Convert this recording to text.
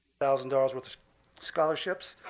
thousand dollars worth of scholarships.